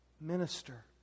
minister